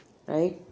right